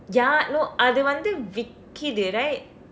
ya no அது வந்து விற்கிறது:athu vandthu virkirathu right